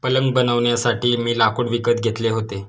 पलंग बनवण्यासाठी मी लाकूड विकत घेतले होते